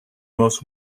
most